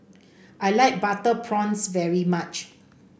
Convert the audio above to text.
I like Butter Prawns very much